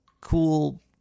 cool